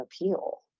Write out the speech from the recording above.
appeal